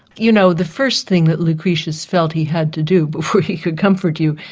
you know, the first thing that lucretius felt he had to do before he could comfort you,